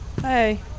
Hey